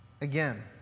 Again